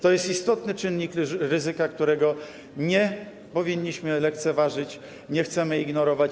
To jest istotny czynnik ryzyka, którego nie powinniśmy lekceważyć, nie chcemy ignorować.